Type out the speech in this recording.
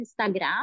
instagram